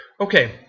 Okay